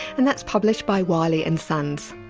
and that's published by wylie and sons.